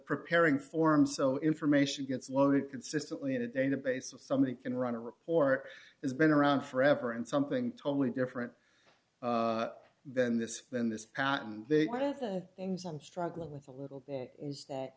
preparing form so information gets loaded consistently in a database of somebody can run a report it's been around forever and something totally different then this then this one of the things i'm struggling with a little bit is that